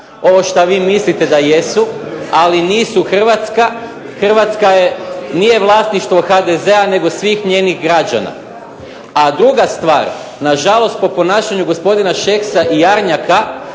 ovo što vi mislite da jesu, ali nisu Hrvatska. Hrvatska nije vlasništvo HDZ-a nego svih njenih građana. A druga stvar, nažalost po ponašanju gospodina Šeksa i Jarnjaka